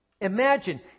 Imagine